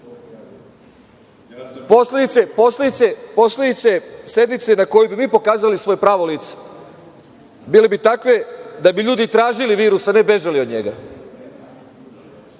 Posledice sednice na kojoj bi mi pokazali svoje pravo lice bile bi takve da bi ljudi tražili virus, a ne bežali od njega,